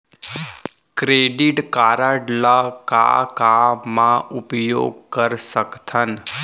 Credit card ला का का मा उपयोग कर सकथन?